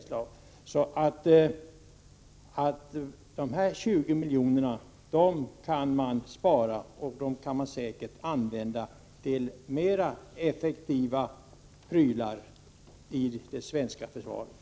Så de föreslagna 20 miljonerna kan man spara och säkert använda mer effektivt inom det svenska försvaret.